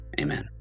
amen